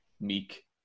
meek